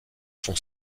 sont